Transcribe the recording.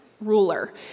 ruler